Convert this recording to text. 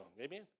Amen